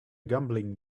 gambling